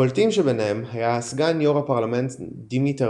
הבולטים שבהם היו סגן יו"ר הפרלמנט דימיטר